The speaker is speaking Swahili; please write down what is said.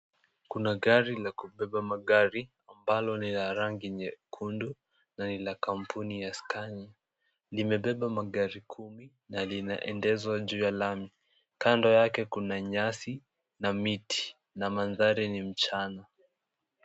Kuna gari la kubeba magari ambalo lina rangi nyekundu na ni la kampuni ya Scania, limebeba magari kumi na linaendeshwa juu ya lami, kando yake kuna nyasi na miti na mandhari ni mchana.